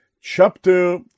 chapter